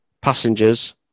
Passengers